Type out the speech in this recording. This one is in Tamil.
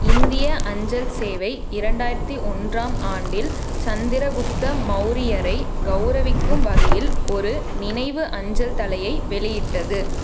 இந்திய அஞ்சல் சேவை இரண்டாயிரத்தி ஒன்றாம் ஆண்டில் சந்திரகுப்த மௌரியரை கௌரவிக்கும் வகையில் ஒரு நினைவு அஞ்சல் தலையை வெளியிட்டது